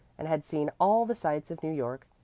and had seen all the sights of new york.